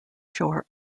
shore